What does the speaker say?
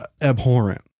abhorrent